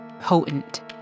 potent